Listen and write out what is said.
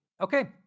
Okay